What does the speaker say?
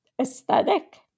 aesthetic